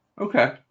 Okay